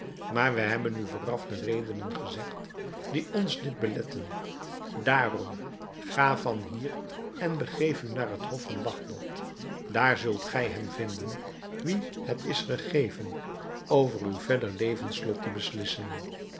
maar wij hebben u vooraf de redenen gezegd die ons dit beletten daarom ga van hier en begeef u naar het hof van bagdad daar zult gij hem vinden wien het is gegeven over uw verder levenslot te beslissen